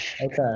okay